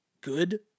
good